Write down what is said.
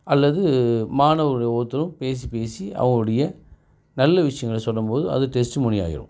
அல்லது மாணவர்களுடைய ஒவ்வொருத்தரும் பேசி பேசி அவங்களுடைய நல்ல விஷயங்கள சொல்லும் போது அது டெஸ்ட்டு மொழியாயிடும்